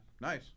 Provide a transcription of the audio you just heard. nice